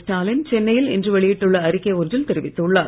ஸ்டாலின் சென்னையில் இன்று வெளியிட்டுள்ள அறிக்கை ஒன்றில் தெரிவித்துள்ளார்